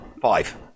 five